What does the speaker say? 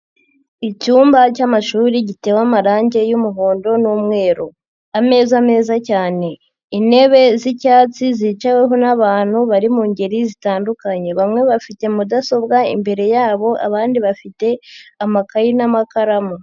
Icyumba cy'amashuri gitewe amarangi y'umuhondo n'umweru. Ameza meza cyane. Intebe z'icyatsi zicaweho n'abantu bari mu ngeri zitandukanye. Bamwe bafite mudasobwa imbere yabo, abandi bafite amakayi n'amakaramu.